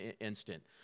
instant